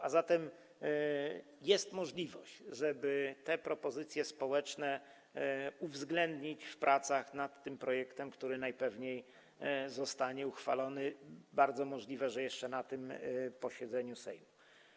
A zatem jest możliwość, żeby te propozycje społeczne uwzględnić w pracach nad tym projektem, który najpewniej zostanie uchwalony, bardzo możliwe, że jeszcze na tym posiedzeniu Sejmu.